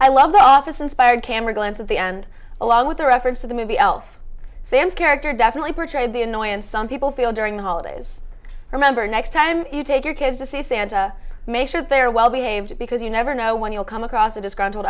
i love the office inspired camera glance at the end along with a reference to the movie elf sam's character definitely portrayed the annoyance some people feel during the holidays remember next time you take your kids to see santa make sure they're well behaved because you never know when you'll come across a disgruntled